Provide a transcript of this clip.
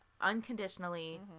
unconditionally